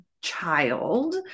child